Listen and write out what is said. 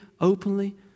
openly